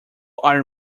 are